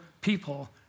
people